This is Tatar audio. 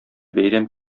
бәйрәм